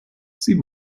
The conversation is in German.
sie